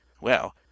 Well